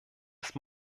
ist